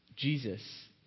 Jesus